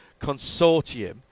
consortium